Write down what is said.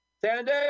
Sandy